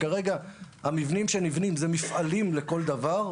כרגע המבנים שנבנים הם מפעלים לכל דבר,